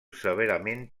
severament